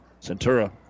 Centura